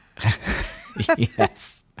Yes